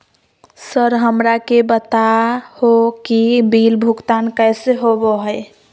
Sir हमरा के बता हो कि बिल भुगतान कैसे होबो है?